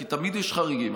כי תמיד יש חריגים,